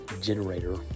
generator